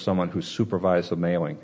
someone who supervise a mailing